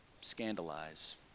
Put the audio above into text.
scandalize